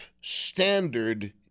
standard